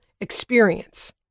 experience